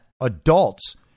adults